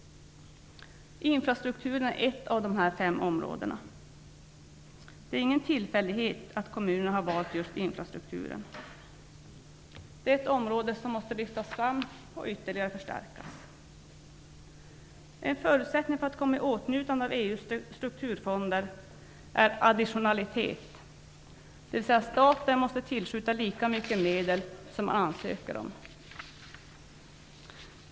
Infrastrukturen är ett av de fem områdena. Det är ingen tillfällighet att kommunerna har valt just infrastrukturen. Det är ett område som måste lyftas fram och ytterligare förstärkas. En förutsättning för att komma i åtnjutande av EU:s strukturfonder är additionalitet, dvs. staten måste tillskjuta lika mycket medel som man ansöker om.